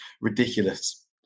ridiculous